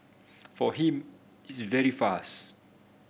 for him it's very fast